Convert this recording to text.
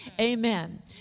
Amen